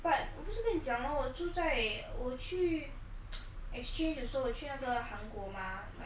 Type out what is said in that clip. but 我不是跟你讲 lor 我住在我去 exchange 的时候我去那个韩国吗